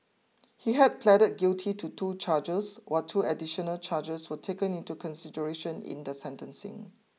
he had pleaded guilty to two charges while two additional charges were taken into consideration in the sentencing